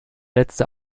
letzte